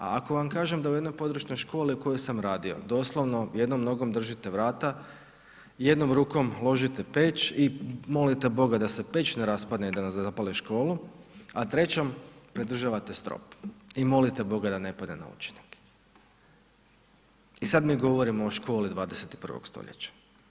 A ako vam kažem da u jednoj područnoj školi u kojoj sam radio doslovno jednom nogom držite vrata, jednom rukom ložite peć i molite Boga da se peć ne raspadne da nam ne zapali školu, a trećom pridržavate strop i molite Boga da ne padne na učenike i sad mi govorimo o školi 21. stoljeća.